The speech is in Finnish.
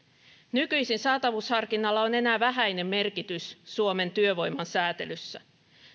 nykyisin saatavuusharkinnalla on enää vähäinen merkitys suomen työvoiman säätelyssä